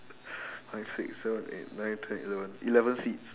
five six seven eight nine ten eleven eleven seeds